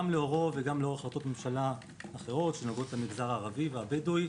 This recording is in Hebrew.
גם לאורו וגם לאור החלטות ממשלה אחרות שנוגעות במגזר הערבי והבדואי.